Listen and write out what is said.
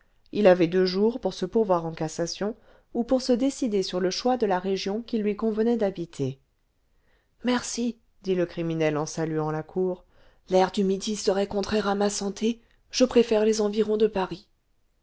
il avait deux jours pour se pourvoir en cassation ou pour se décider sur le choix de la région qu'il lui convenait d'habiter merci dit le criminel en saluant la cour l'air du midi serait contraire à ma santé je préfère les environs cle paris